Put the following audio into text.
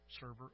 server